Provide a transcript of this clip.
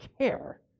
care